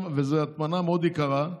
וזו הטמנה מאוד יקרה,